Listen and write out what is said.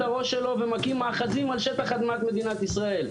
הראש שלו ומקים מאחזים על שטח אדמת מדינת ישראל,